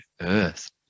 earth